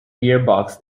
gearbox